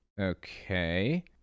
Okay